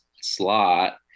slot